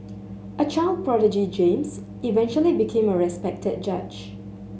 a child prodigy James eventually became a respected judge